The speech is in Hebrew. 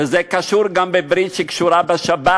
וזה קשור גם בברית שקשורה בשבת,